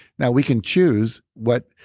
now, we can choose what.